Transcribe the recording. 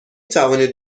توانید